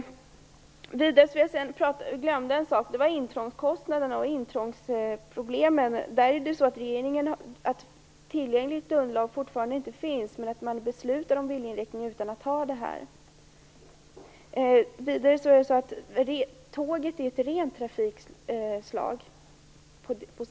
Jag glömde en sak, nämligen intrångskostnaderna och intrångsproblemen. Det finns fortfarande inte något underlag tillgängligt, men man beslutar om viljeinriktningen ändå. Tåget är ett rent trafikslag.